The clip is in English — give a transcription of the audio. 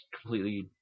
completely